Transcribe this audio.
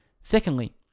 Secondly